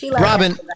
Robin